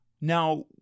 Now-